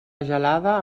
gelada